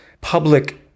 public